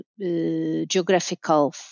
geographical